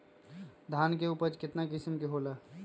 धान के उपज केतना किस्म के होला?